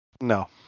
No